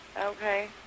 Okay